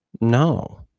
No